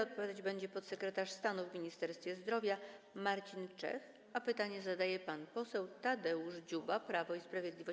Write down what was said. Odpowiadać będzie podsekretarz stanu w Ministerstwie Zdrowia Marcin Czech, a pytanie zadaje pan poseł Tadeusz Dziuba, Prawo i Sprawiedliwość.